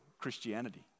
Christianity